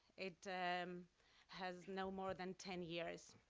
it um has no more than ten years.